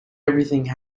everything